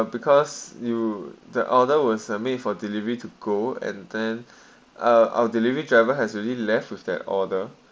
because you the order was uh made for delivery to go and then uh our delivery driver has already left with that order